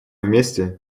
вместе